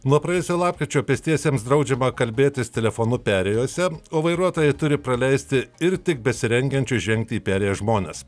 nuo praėjusio lapkričio pėstiesiems draudžiama kalbėtis telefonu perėjose o vairuotojai turi praleisti ir tik besirengiančius žengti į perėją žmones